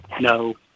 No